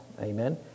Amen